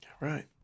Right